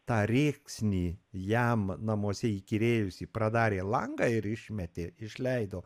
tą rėksnį jam namuose įkyrėjusį pradarė langą ir išmetė išleido